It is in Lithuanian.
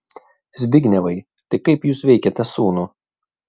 zbignevai tai kaip jūs veikiate sūnų